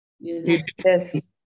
Yes